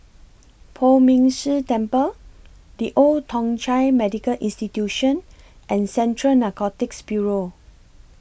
Poh Ming Tse Temple The Old Thong Chai Medical Institution and Central Narcotics Bureau